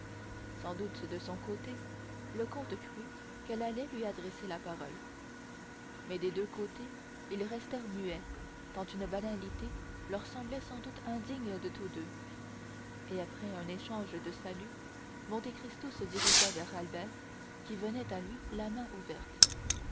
sans doute de son côté le comte crut qu'elle allait lui adresser la parole mais des deux côtés ils restèrent muets tant une banalité leur semblait sans doute indigne de tous deux et après un échange de saluts monte cristo se dirigea vers albert qui venait à lui la main ouverte